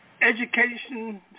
education